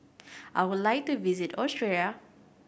I would like to visit Austria